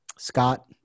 Scott